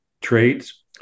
traits